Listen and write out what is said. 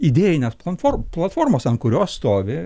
idėjinės planfor platformos ant kurios stovi